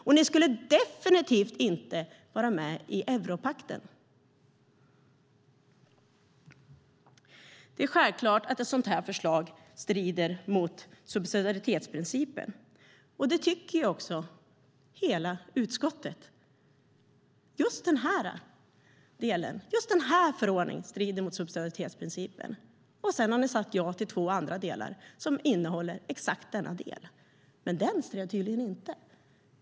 Och ni skulle definitivt inte vara med i europakten. Det är självklart att ett sådant här förslag strider mot subsidiaritetsprincipen. Det tycker också hela utskottet - just den här förordningen strider mot subsidiaritetsprincipen. Och sedan har ni sagt ja till två andra delar som innehåller exakt denna del, men de strider tydligen inte.